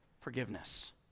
Forgiveness